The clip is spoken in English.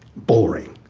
boring,